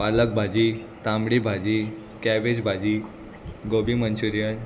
पालक भाजी तांबडी भाजी कॅबेज भाजी गोबी मंचुरियन